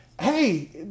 hey